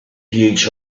huge